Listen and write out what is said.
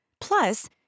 Plus